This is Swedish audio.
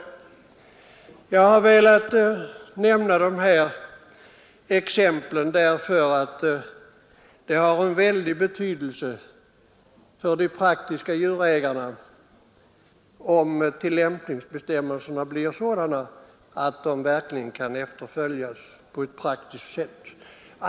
Jag har velat nämna dessa exempel därför att det har stor betydelse för djurägarna att tillämpningsbestämmelserna blir sådana att de verkligen kan efterföljas på praktiskt sätt.